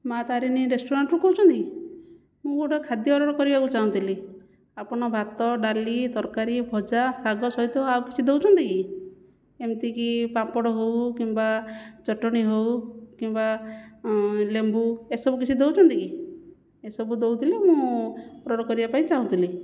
ମା' ତାରିଣୀ ରେଷ୍ଟୁରାଣ୍ଟରୁ କହୁଛନ୍ତି ମୁଁ ଗୋଟିଏ ଖାଦ୍ୟ ଅର୍ଡ଼ର କରିବାକୁ ଚାହୁଁଥିଲି ଆପଣ ଭାତ ଡାଲି ତରକାରୀ ଭଜା ଶାଗ ସହିତ ଆଉ କିଛି ଦେଉଛନ୍ତି କି ଏମିତିକି ପାମ୍ପଡ଼ ହେଉ କିମ୍ବା ଚଟଣୀ ହେଉ କିମ୍ବା ଲେମ୍ବୁ ଏସବୁ କିଛି ଦେଉଛନ୍ତି କି ଏସବୁ ଦେଉଥିଲେ ମୁଁ ଅର୍ଡ଼ର କରିବା ପାଇଁ ଚାହୁଁଥିଲି